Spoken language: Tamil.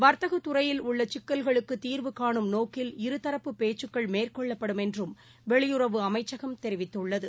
வாத்தகத் துறையில் உள்ளசிக்கல்களுக்குதிவு காணும் நோக்கில் இருதரப்பு பேச்சுக்கள் மேற்கொள்ளப்படும் என்றும் வெளியுறவு அமைச்சகம் தெரிவித்துள்ளது